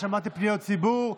שמעתי פניות מהציבור.